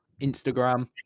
Instagram